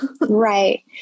right